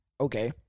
Okay